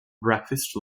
breakfast